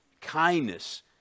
kindness